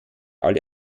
alle